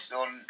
on